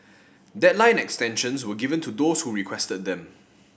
deadline extensions were given to those who requested them